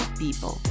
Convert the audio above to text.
people